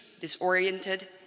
disoriented